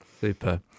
Super